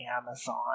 Amazon